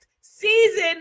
season